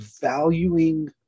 Valuing